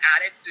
added